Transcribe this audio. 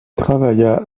travailla